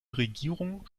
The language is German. regierung